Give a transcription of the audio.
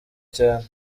cyane